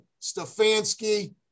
Stefanski